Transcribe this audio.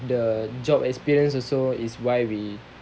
the job experience also is why we